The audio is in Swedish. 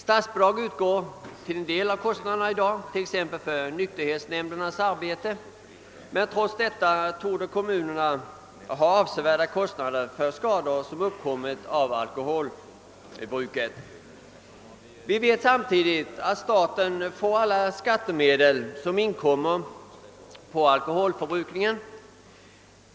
Statsbidrag utgår för vissa av dessa kostnader — t.ex. för nykterhetsnämndernas arbete — men trots detta torde kommunerna ha avsevärda kostnader för skador som uppkommit på grund av alkoholbruket. Staten får som alla vet de skattemedel som tas ut på alkoholdryckerna.